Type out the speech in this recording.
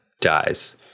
dies